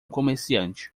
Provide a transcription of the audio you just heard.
comerciante